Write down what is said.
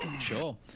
Sure